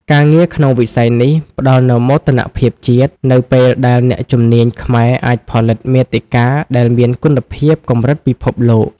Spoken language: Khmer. ការងារក្នុងវិស័យនេះផ្តល់នូវមោទនភាពជាតិ នៅពេលដែលអ្នកជំនាញខ្មែរអាចផលិតមាតិកាដែលមានគុណភាពកម្រិតពិភពលោក។